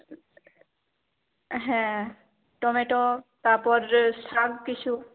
হ্যাঁ টমেটো তারপরে শাক কিছু